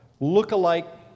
lookalike